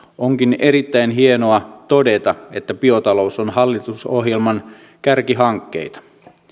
onkin erittäin hienoa todeta että biotalous on hallitusohjelman kärkihankkeita